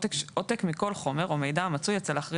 עותק מכל חומר או מידע המצוי אצל האחראי